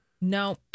No